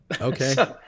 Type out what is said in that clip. Okay